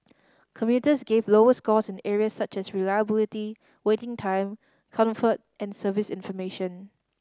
commuters gave lower scores in areas such as reliability waiting time comfort and service information